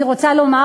אני רוצה לומר,